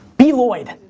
b. lloyd.